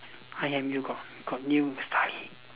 I_M_U got got new story